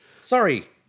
Sorry